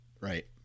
Right